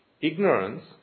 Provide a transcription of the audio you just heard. Ignorance